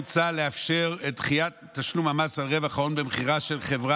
מוצע לאפשר את דחיית תשלום המס על רווח ההון במכירה של חברה